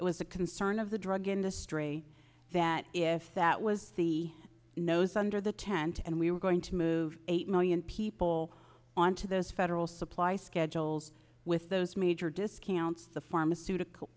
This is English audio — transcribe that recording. it was a concern of the drug industry that if that was the nose under the tent and we were going to move eight million people onto those federal supply schedules with those major discounts the pharmaceutical